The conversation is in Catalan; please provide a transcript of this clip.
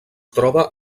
troba